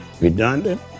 redundant